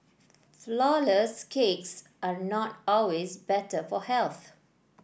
flourless cakes are not always better for health